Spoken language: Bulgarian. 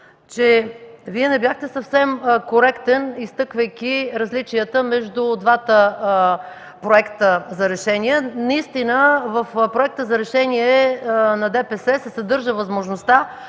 че Вие не бяхте съвсем коректен, изтъквайки различията между двата проекта за решения. Наистина в проекта за решение на ДПС се съдържа възможността